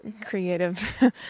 creative